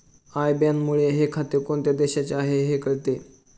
I बॅनमुळे हे खाते कोणत्या देशाचे आहे हे कळते